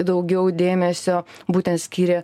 daugiau dėmesio būtent skyrė